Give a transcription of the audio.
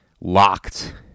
locked